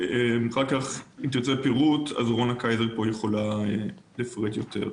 ואם תרצו פירוט רונה קייזר תוכל לפרט יותר.